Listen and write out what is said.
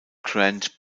grand